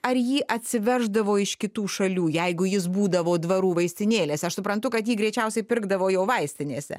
ar jį atsiveždavo iš kitų šalių jeigu jis būdavo dvarų vaistinėlėse aš suprantu kad jį greičiausiai pirkdavo jau vaistinėse